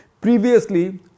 previously